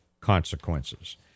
consequences